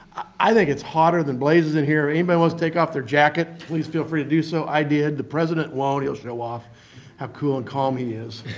i think it's hotter than blazes in here. anybody wants to take off their jacket, please feel free to do so. i did. the president won't. he'll show off how cool and calm he is.